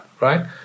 right